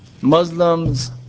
Muslims